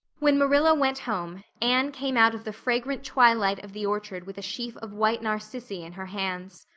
when marilla went home anne came out of the fragrant twilight of the orchard with a sheaf of white narcissi in her hands.